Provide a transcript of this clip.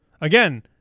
Again